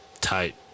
Tight